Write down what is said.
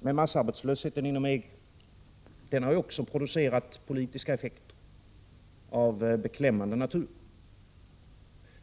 med massarbetslöshet inom EG har också producerat politiska effekter av beklämmande natur.